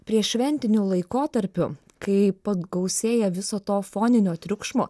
prieššventiniu laikotarpiu kai pa gausėja viso to foninio triukšmo